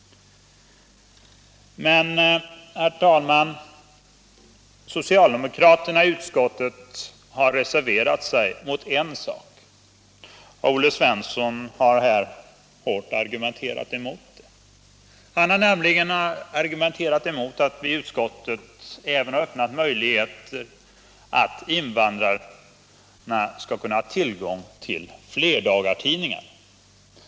Men, herr talman, socialdemokraterna i utskottet har reserverat sig mot en sak, och Olle Svensson har här hårt argumenterat mot den. Han har nämligen vänt sig emot att vi i utskottet även har öppnat möjligheter till att invandrare skall få ha tillgång till flerdagarstidningar.